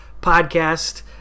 Podcast